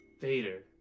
Vader